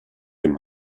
dem